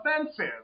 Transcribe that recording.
offensive